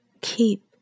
keep